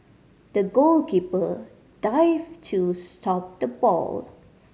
the goalkeeper dived to stop the ball